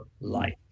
life